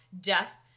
death